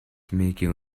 making